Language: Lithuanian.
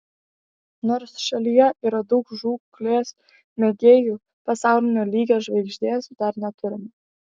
nors šalyje yra daug žūklės mėgėjų pasaulinio lygio žvaigždės dar neturime